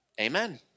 amen